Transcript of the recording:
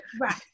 Right